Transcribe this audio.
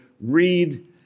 read